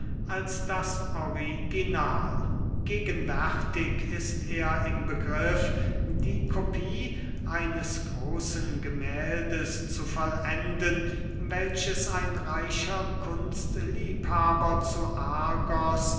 als das original gegenwärtig ist er im begriff die kopie eines großen gemähldes zu vollenden welches ein reicher kunstliebhaber zu argos